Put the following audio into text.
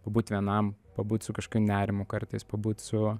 pabūt vienam pabūt su kažkiu nerimu kartais pabūti su